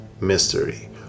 mystery